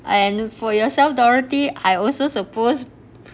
and for yourself dorothy I also supposed